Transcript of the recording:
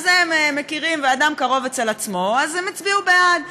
הם מכירים, ואדם קרוב אצל עצמו, אז הם הצביעו בעד.